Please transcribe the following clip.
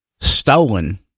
stolen